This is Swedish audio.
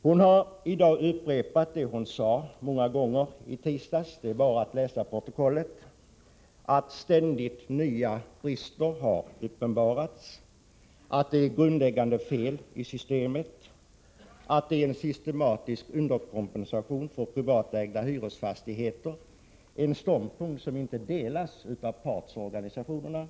Hon har i dag upprepat det hon sade många gånger i tisdags — det är bara att läsa protokollet — att ständigt nya brister har uppenbarats, att det är grundläggande fel i systemet, att det är en systematisk underkompensation för privatägda hyresfastigheter. Detta är ståndpunkter som inte delas av partsorganisationerna.